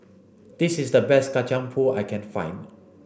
this is the best Kacang pool I can find